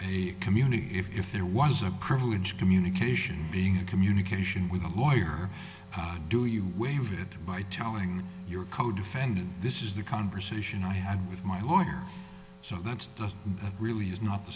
the community if there was a privilege communication being a communication with a lawyer do you waive that by telling your codefendant this is the conversation i had with my order so that's really is not the